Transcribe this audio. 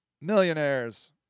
millionaires